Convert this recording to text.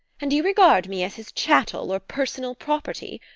and you regard me as his chattel or personal property.